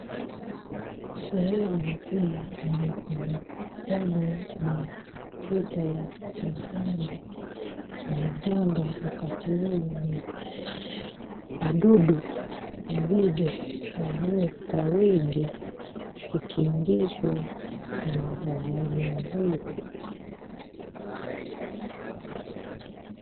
Sehemu hii imetukana na shida ya majanga na janga wakati huu ni wadudu, nzige walio kwa wingi wakikimbizwa na wanaume wawili.